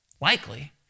Likely